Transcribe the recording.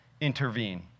intervene